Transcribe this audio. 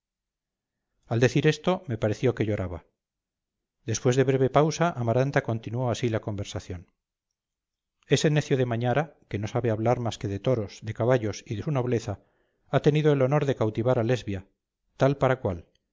al decir esto me pareció que lloraba después de breve pausa amaranta continuó así la conversación ese necio de mañara que no sabe hablar más que de toros de caballos y de su nobleza ha tenido el honor de cautivar a lesbia tal para cual